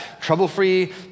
trouble-free